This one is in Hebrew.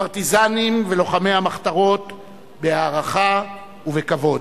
פרטיזנים ולוחמי המחתרות, בהערכה ובכבוד.